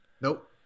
Nope